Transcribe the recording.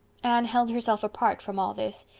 anne held herself apart from all this,